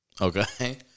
Okay